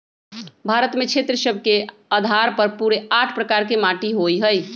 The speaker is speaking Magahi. भारत में क्षेत्र सभ के अधार पर पूरे आठ प्रकार के माटि होइ छइ